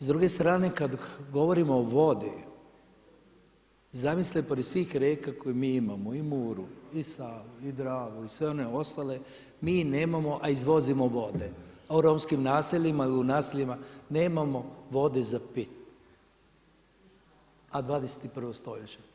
S druge strane kada govorimo o vodi, zamislite pored svih rijeka koje mi imamo i Muru i Savu i Dravu i sve one ostale mi nemamo a izvozimo vode u romskim naseljima i u naseljima nemamo vode za piti a 21. stoljeće.